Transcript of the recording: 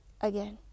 Again